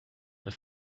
the